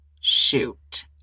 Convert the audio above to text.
shoot